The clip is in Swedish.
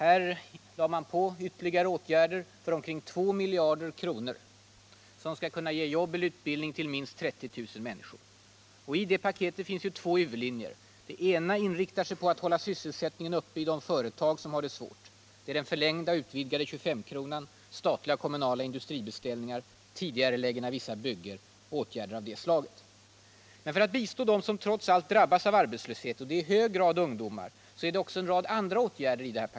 Vi sätter in ytterligare åtgärder för omkring två miljarder kronor, som skall kunna ge jobb eller utbildning till minst 30 000 människor. I det paketet finns två huvudlinjer. Den ena inriktar sig på att hålla sysselsättningen uppe i de företag som har det svårt. Vad som där är aktuellt är den förlängda och utvidgade 25-kronan, statliga och kommunala industribeställningar, tidigareläggning av vissa byggen och andra åtgärder av det slaget. Den andra linjen är att bistå dem som trots allt drabbas av arbetslöshet — och det är i hög grad ungdomar — och paketet innehåller en rad åtgärder i det syftet.